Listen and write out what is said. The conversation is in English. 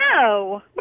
No